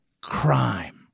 crime